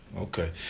Okay